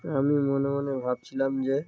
আমি মনে মনে ভাবছিলাম যে